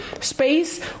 space